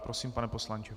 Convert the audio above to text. Prosím, pane poslanče.